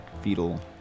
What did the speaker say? fetal